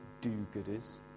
do-gooders